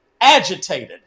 agitated